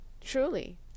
Truly